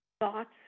thoughts